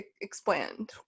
explain